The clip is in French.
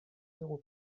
zéro